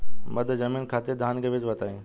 मध्य जमीन खातिर धान के बीज बताई?